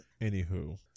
anywho